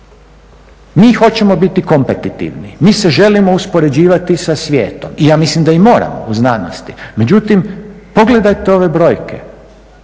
Mi hoćemo biti kompetitivni. Mi se želimo uspoređivati sa svijetom i ja mislim da i moramo u znanosti. Međutim, pogledajte ove brojke.